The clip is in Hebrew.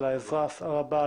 על העזרה הרבה,